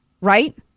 Right